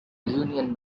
union